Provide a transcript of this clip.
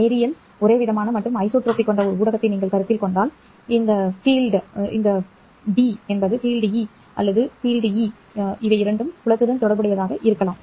நேரியல் ஒரேவிதமான மற்றும் ஐசோட்ரோபிக் கொண்ட ஒரு ஊடகத்தை நீங்கள் கருத்தில் கொண்டால் இந்த fieldD புலம் fieldE புலத்துடன் தொடர்புடையதாக இருக்கலாம்